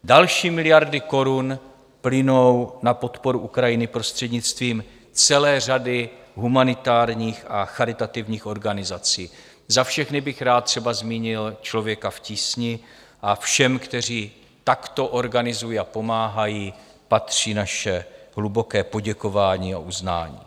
Další miliardy korun plynou na podporu Ukrajiny prostřednictvím celé řady humanitárních a charitativních organizací za všechny bych rád třeba zmínil Člověka v tísni a všem, kteří takto organizují a pomáhají, patří naše hluboké poděkování a uznání.